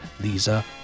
Lisa